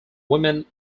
women